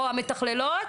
או המתכללות,